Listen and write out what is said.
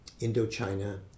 Indochina